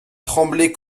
tremblait